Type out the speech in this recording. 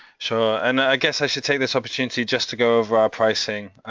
so and i guess i should take this opportunity just to go over our pricing,